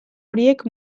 horiek